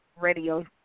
radio